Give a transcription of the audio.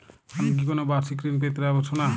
আমি কি কোন বাষিক ঋন পেতরাশুনা?